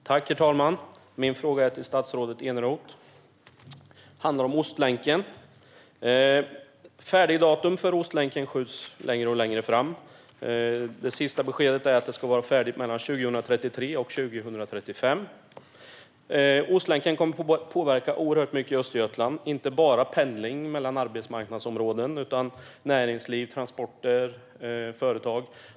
Herr talman! Min fråga går till statsrådet Eneroth, och den handlar om Ostlänken. Färdigdatum för Ostlänken skjuts längre och längre fram. Det senaste beskedet är att den ska vara färdig mellan 2033 och 2035. Ostlänken kommer att påverka oerhört mycket i Östergötland, inte bara när det gäller pendling mellan arbetsmarknadsområden utan också näringsliv, transporter och företag.